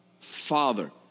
Father